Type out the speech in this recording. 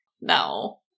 No